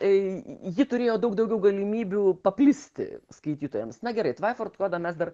tai ji turėjo daug daugiau galimybių paplisti skaitytojams na gerai tvaifort kodą mes dar